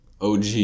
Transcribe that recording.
OG